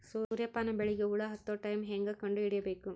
ಸೂರ್ಯ ಪಾನ ಬೆಳಿಗ ಹುಳ ಹತ್ತೊ ಟೈಮ ಹೇಂಗ ಕಂಡ ಹಿಡಿಯಬೇಕು?